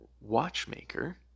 watchmaker